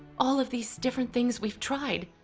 all of these different things we've tried.